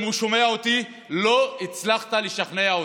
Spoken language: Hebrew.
אם הוא שומע אותי: לא הצלחת לשכנע אותי.